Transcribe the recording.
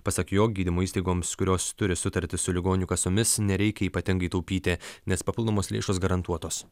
pasak jo gydymo įstaigoms kurios turi sutartis su ligonių kasomis nereikia ypatingai taupyti nes papildomos lėšos garantuotos